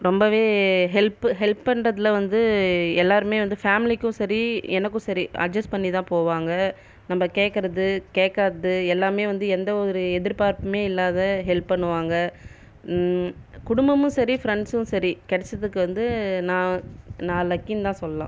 ரொம்பவே help help பண்ணுறதில் வந்து எல்லாருமே வந்து ஃபேம்லிக்கும் சரி எனக்கும் சரி அஜஸ் பண்ணி தான் போவாங்கள் நம்ம கேட்குறது கேட்காதது எல்லாமே வந்து எந்த ஒரு எதிர்பார்புமே இல்லாத ஹெல்ப் பண்ணுவாங்கள் குடும்பமும் சரி ஃப்ரண்ட்ஸும் சரி கிடச்சதுக்கு வந்து நான் நான் லக்கின் தான் சொல்லலாம்